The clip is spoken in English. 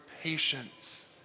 patience